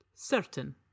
certain